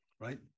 Right